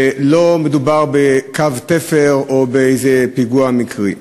ולא מדובר בקו תפר או באיזה פיגוע מקרי.